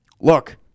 Look